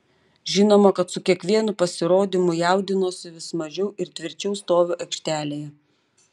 žinoma kad su kiekvienu pasirodymu jaudinuosi vis mažiau ir tvirčiau stoviu aikštelėje